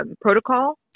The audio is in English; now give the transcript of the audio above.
protocol